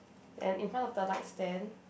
then in front of the light stand